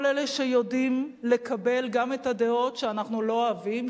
כל אלה שיודעים לקבל גם את הדעות שאנחנו לא אוהבים,